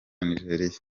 nigeriya